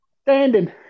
standing